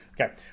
Okay